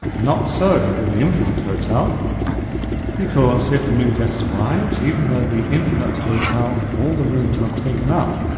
not so with the infinite hotel because if a new guest arrives, even though the infinite hotel all the rooms are taken up,